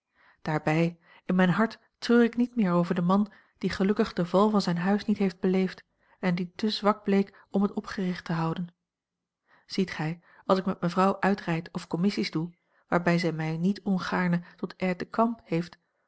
daarbij in mijn hart treur ik niet meer over den man die gelukkig den val van zijn huis niet heeft beleefd en die te zwak bleek om het opgericht te houden ziet gij als ik met mevrouw uitrijd of commissies doe waarbij zij mij niet ongaarne tot aide de camp heeft